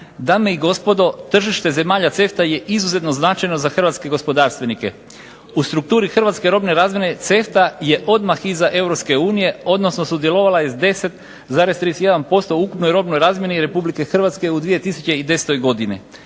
Dame i gospodo, tržite zemalja CEFTA je izuzetno značajno za hrvatske gospodarstvenike. U strukturi hrvatske robne razmjene CEFTA je odmah iza EU odnosno sudjelovala je s 10,31% u ukupnoj robnoj razmjeni RH u 2010. godini.